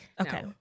okay